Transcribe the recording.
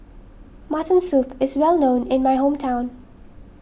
Mutton Soup is well known in my hometown